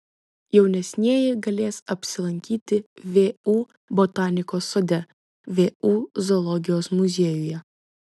jaunesnieji galės apsilankyti vu botanikos sode vu zoologijos muziejuje